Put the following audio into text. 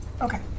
Okay